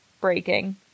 breaking